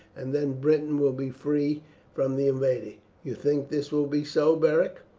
and then britain will be free from the invader. you think this will be so, beric?